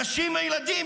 נשים וילדים,